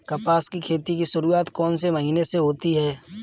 कपास की खेती की शुरुआत कौन से महीने से होती है?